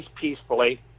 peacefully